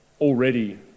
already